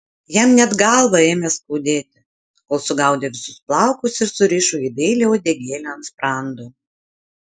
jam net galvą ėmė skaudėti kol sugaudė visus plaukus ir surišo į dailią uodegėlę ant sprando